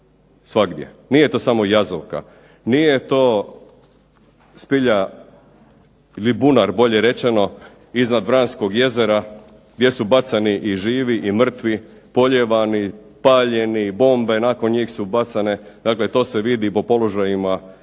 svagdje. Nije to samo Jazovka, nije to spilja ili bunar bolje rečeno iznad Vranskog jezera gdje su bacani i živi i mrtvi, polijevani, paljeni, bombe nakon njih su bacane. Dakle, to se vidi po položajima ljudskih